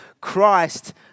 Christ